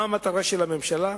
מה המטרה של הממשלה?